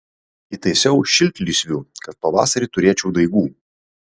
įtaisiau šiltlysvių kad pavasarį turėčiau daigų